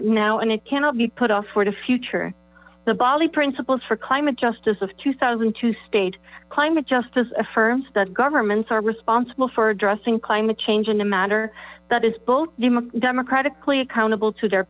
it now and it cannot be put off for the future the bali principles for climate justice of two thousand and two state climate justice affirms that governments are responsible for addressing climate change in a manner that is both the democratically accountable to their